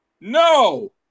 No